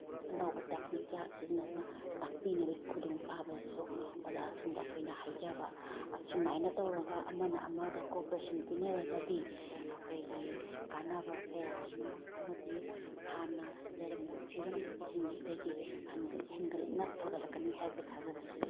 ꯑꯅꯧꯕ ꯇꯦꯛꯅꯤꯛ ꯀꯌꯥ ꯁꯤꯖꯤꯟꯅꯗꯨꯅ ꯇꯥꯛꯄꯤꯅꯕꯒꯤ ꯈꯨꯗꯣꯡ ꯆꯥꯕ ꯑꯗꯨꯁꯨ ꯑꯣꯖꯥꯁꯤꯡꯗ ꯑꯩꯈꯣꯏꯅ ꯍꯥꯏꯖꯕ ꯑꯁꯨꯃꯥꯏꯅ ꯇꯧꯔꯒ ꯑꯃꯅ ꯑꯃꯗ ꯀꯣꯑꯣꯄꯔꯦꯁꯟ ꯄꯤꯅꯔꯒꯗꯤ ꯑꯩꯈꯣꯏꯒꯤ ꯀꯥꯅꯕ ꯀꯌꯥ ꯑꯃ ꯑꯃꯗꯤ ꯍꯥꯟꯅ ꯂꯩꯔꯝꯃꯤꯕ ꯐꯤꯕꯝꯁꯤꯡꯁꯤꯗꯒꯤ ꯍꯦꯟꯒꯠꯂꯛꯅ ꯐꯒꯠꯂꯛꯀꯅꯤ ꯍꯥꯏꯕꯒꯤ ꯊꯥꯖꯕꯁꯨ ꯂꯩ